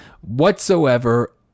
whatsoever